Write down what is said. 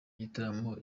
gitaramo